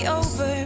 over